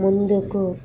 ముందుకు